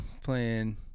Playing